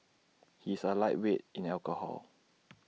he is A lightweight in alcohol